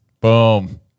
Boom